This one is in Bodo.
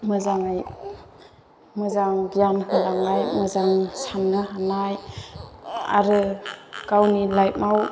मोजाङै मोजां गियान होलांनाय मोजां साननो हानाय आरो गावनि लाइफआव